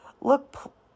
look